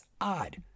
odd